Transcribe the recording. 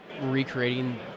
recreating